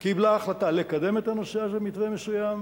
קיבלה החלטה לקדם את הנושא הזה במתווה מסוים,